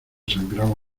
sangraba